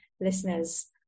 listeners